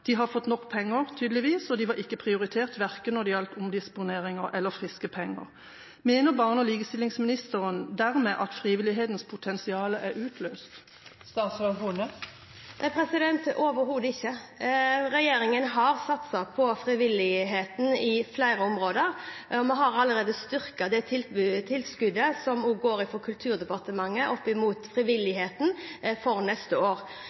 De har fått nok penger, tydeligvis, og de var ikke prioritert verken når det gjaldt omdisponeringer eller friske penger. Mener barne- og likestillingsministeren dermed at frivillighetens potensial er utløst? Overhodet ikke. Regjeringen har satset på frivilligheten på flere områder. Vi har allerede styrket det tilskuddet som går fra Kulturdepartementet opp mot frivilligheten for neste år.